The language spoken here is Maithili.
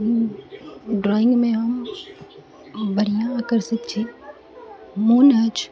ड्रॉइंगमे हम बढ़िआँ आकर्षित छी मोन अछि